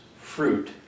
fruit